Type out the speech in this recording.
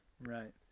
Right